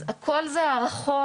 אז הכול זה הערכות.